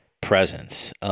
presence